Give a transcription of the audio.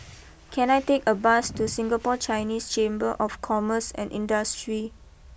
can I take a bus to Singapore Chinese Chamber of Commerce and Industry